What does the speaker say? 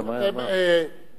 מה?